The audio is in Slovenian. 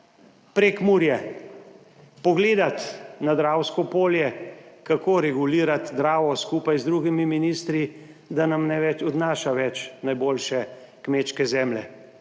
Prekmurje, pogledati na Dravsko polje, kako regulirati Dravo, skupaj z drugimi ministri, da nam ne več odnaša več najboljše kmečke zemlje.